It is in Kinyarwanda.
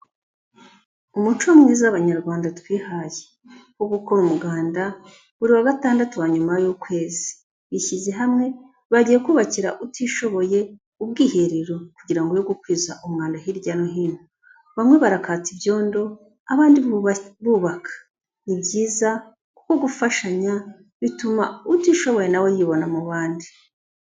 Umuco mwiza abanyarwanda twihaye wo gukora umuganda buri wa gatandatu wa nyuma y'ukwezi bishyize hamwe bagiye kubakira utishoboye ubwiherero kugira ngo be gukwiza umwanda hirya no hino, bamwe barakata ibyondo abandi barubaka, ni byiza kuko gufashanya bituma utishoboye nawe yibona mu bandi.